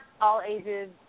all-ages